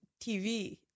TV